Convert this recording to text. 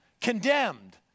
condemned